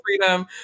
freedom